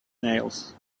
nails